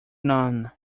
none